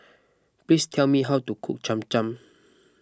please tell me how to cook Cham Cham